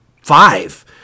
five